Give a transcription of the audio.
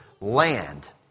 land